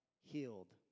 healed